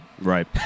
Right